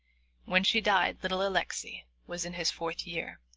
when she died, little alexey was in his fourth year,